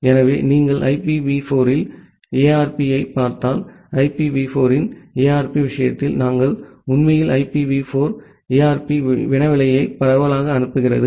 எனவே நீங்கள் ஐபிவி 4 இல் ஏஆர்பியைப் பார்த்தால் ஐபிவி 4 இன் ஏஆர்பி விஷயத்தில் நாங்கள் உண்மையில் ஐபிவி 4 ஏஆர்பி வினவலை பரவலாக அனுப்புகிறோம்